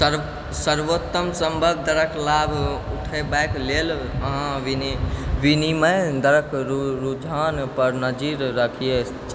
सर्वोत्तम सम्भव दरक लाभ उठयबाक लेल अहाँ विनिमय दरक रुझानपर नजरि रखियौ